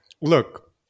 look